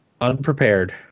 unprepared